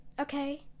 okay